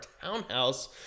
townhouse